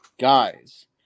Guys